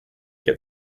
get